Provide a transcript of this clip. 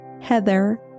Heather